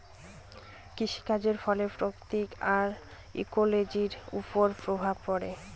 কৃষিকাজের ফলে প্রকৃতি আর ইকোলোজির ওপর প্রভাব পড়ে